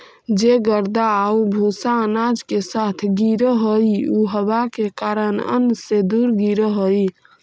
जे गर्दा आउ भूसा अनाज के साथ गिरऽ हइ उ हवा के कारण अन्न से दूर गिरऽ हइ